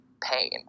pain